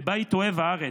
בבית אוהב הארץ,